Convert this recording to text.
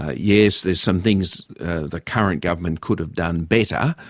ah yes, there's some things the current government could've done better,